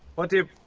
what do you,